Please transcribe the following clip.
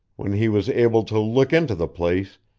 when he was able to look into the place,